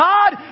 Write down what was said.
God